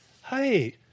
Hi